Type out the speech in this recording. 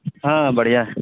ہاں بڑھیا ہے